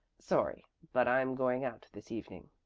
sorry, but i'm going out this evening.